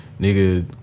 Nigga